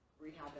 rehab